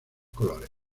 colores